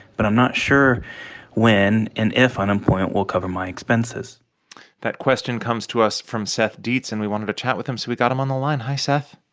but i'm not sure when and if unemployment will cover my expenses that question comes to us from seth dietz. and we wanted to chat with him, so we got him on the line. hi, seth